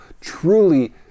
truly